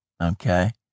Okay